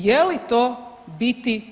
Je li to biti